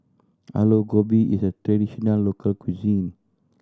Aloo Gobi is a traditional local cuisine